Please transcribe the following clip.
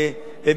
למרות הכול,